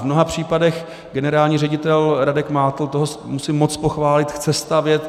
V mnoha případech generální ředitel Radek Mátl toho musím moc pochválit chce stavět.